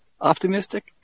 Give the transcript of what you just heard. optimistic